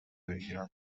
بگیرم